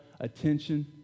attention